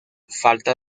falta